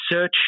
Search